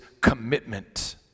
commitment